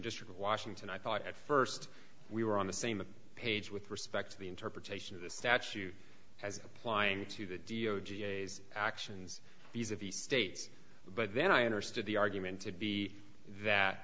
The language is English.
district of washington i thought at first we were on the same page with respect to the interpretation of the statute as applying to the d o g s actions of these of the states but then i understood the argument to be that